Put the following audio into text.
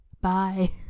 Bye